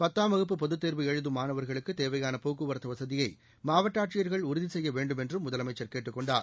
பத்தாம் வகுப்பு பொதுத் தேர்வு எழுதும் மாணவர்களுக்கு தேவையான போக்குவரத்து வசதியை மாவட்ட ஆட்சியர்கள் உறுதி செய்ய வேண்டுமென்றும் முதலமைச்சர் கேட்டுக் கொண்டார்